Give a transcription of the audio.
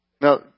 Now